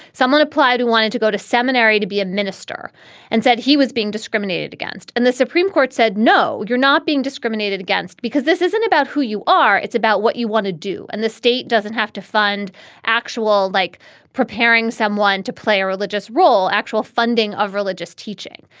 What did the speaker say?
someone applied to wanted to go to seminary to be a minister and said he was being discriminated against. and the supreme court said, no, you're not being discriminated against because this isn't about who you are. it's about what you want to do. and the state doesn't have to fund actual like preparing someone to play a religious role. actual funding of religious teaching.